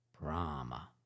Brahma